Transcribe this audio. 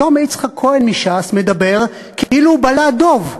פתאום יצחק כהן מש"ס מדבר כאילו הוא בלע דוב,